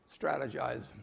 strategize